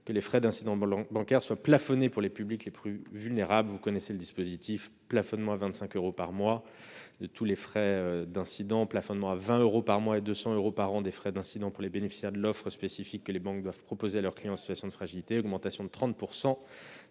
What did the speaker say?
que les frais d'incidents bancaires soient plafonnés pour les publics les plus vulnérables. Vous connaissez le dispositif : plafonnement à 25 euros par mois de tous les frais d'incidents ; plafonnement à 20 euros par mois et à 200 euros par an des frais d'incidents pour les bénéficiaires de l'offre spécifique que les banques doivent proposer à leurs clients en situation de fragilité ; augmentation de 30